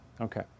Okay